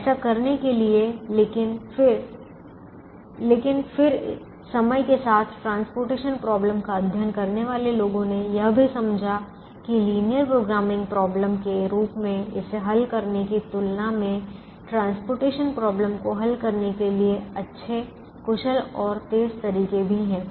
ऐसा करने के लिए लेकिन फिर समय के साथ परिवहन समस्या का अध्ययन करने वाले लोगों ने यह भी समझा कि लिनियर प्रोग्रामिंग समस्या के रूप में इसे हल करने की तुलना में परिवहन समस्या को हल करने के लिए अच्छे कुशल और तेज़ तरीके भी हैं